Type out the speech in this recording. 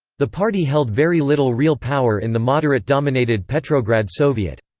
the party held very little real power in the moderate-dominated petrograd soviet.